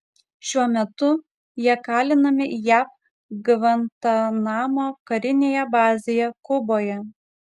šiuo metu jie kalinami jav gvantanamo karinėje bazėje kuboje